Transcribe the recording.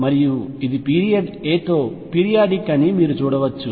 మరియు ఇది period a తో పీరియాడిక్ అని మీరు చూడవచ్చు